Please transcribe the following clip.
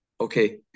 okay